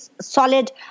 solid